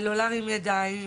ולא להרים ידיים.